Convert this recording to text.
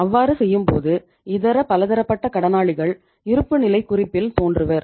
அவ்வாறு செய்யும்போது இதர பலதரப்பட்ட கடனாளிகள் இருப்புநிலைக் குறிப்பில் தோன்றுவர்